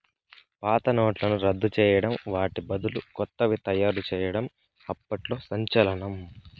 పాత నోట్లను రద్దు చేయడం వాటి బదులు కొత్తవి తయారు చేయడం అప్పట్లో సంచలనం